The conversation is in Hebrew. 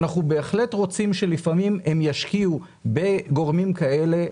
אנחנו בהחלט רוצים שלפעמים הם ישקיעו בגורמים כאלה,